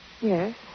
Yes